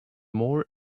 more